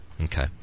Okay